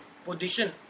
position